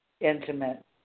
intimate